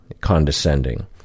condescending